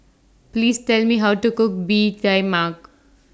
Please Tell Me How to Cook Bee Tai Mak